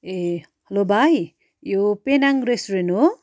ए hello भाइ यो Penang restaurant हो